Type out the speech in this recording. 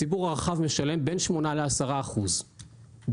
הציבור הרחב משלם בין 8% ל-10% בשנה.